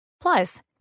Plus